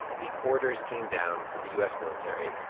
the orders came down from the u s. military.